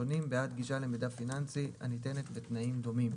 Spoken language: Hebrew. ונים בעד גישה למידע פיננסי הניתנת בתנאים דומים.